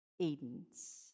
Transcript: Eden's